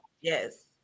Yes